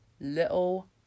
little